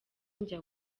njya